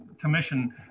Commission